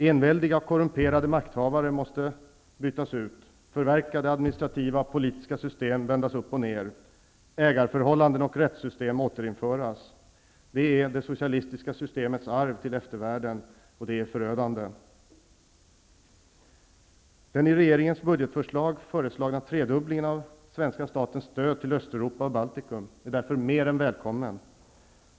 Enväldiga och korrumperade makthavare måste bytas ut, förverkade administrativa och politiska system vändas upp och ner, ägarförhållanden och rättssystem återinföras. Det är det socialistiska systemets arv till eftervärlden, och det är förödande. Östeuropa och Baltikum är därför mer än välkommen.